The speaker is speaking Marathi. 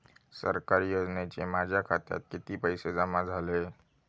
सरकारी योजनेचे माझ्या खात्यात किती पैसे जमा झाले?